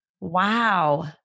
Wow